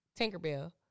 Tinkerbell